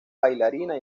bailarina